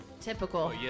typical